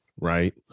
right